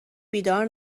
بیدار